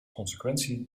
consequentie